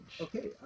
Okay